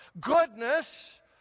Goodness